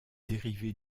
dérivé